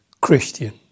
Christian